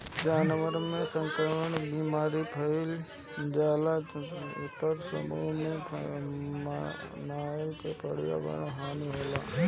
जानवरन में संक्रमण कअ बीमारी फइल जईला पर समूह में मरला से पर्यावरण के हानि होला